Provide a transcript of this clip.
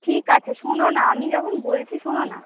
ঠিক আছে শোনো না আমি যখন বলছি শোনো না